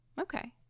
Okay